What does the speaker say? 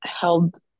held